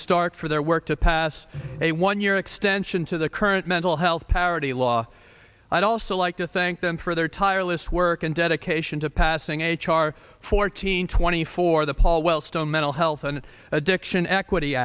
stark for their work to pass a one year extension to the current mental health parity law i'd also like to thank them for their tireless work and dedication to passing h r fourteen twenty four the paul wellstone mental health and addiction equity